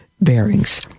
bearings